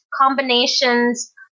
combinations